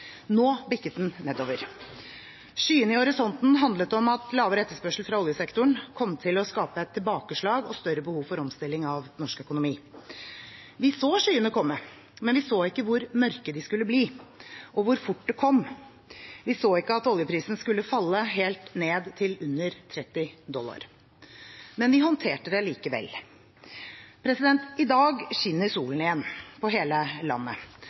Nå bikket den nedover. Skyene i horisonten handlet om at lavere etterspørsel fra oljesektoren kom til å skape et tilbakeslag og større behov for omstilling av norsk økonomi. Vi så skyene komme, men vi så ikke hvor mørke de skulle bli, og hvor fort de kom. Vi så ikke at oljeprisen skulle falle helt ned til under 30 dollar. Men vi håndterte det likevel. I dag skinner solen igjen – på hele landet.